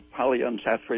Polyunsaturated